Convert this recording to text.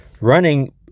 Running